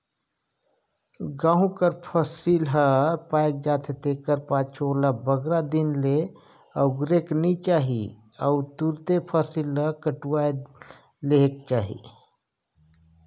गहूँ कर फसिल हर पाएक जाथे तेकर पाछू ओला बगरा दिन ले अगुरेक नी चाही अउ तुरते फसिल ल कटुवाए लेहेक चाही